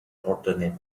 alternative